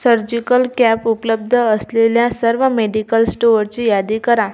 surgical cap उपलब्ध असलेल्या सर्व मेडिकल स्टोअरची यादी करा